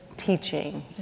teaching